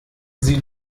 sie